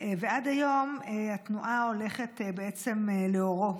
ועד היום התנועה הולכת בעצם לאורו.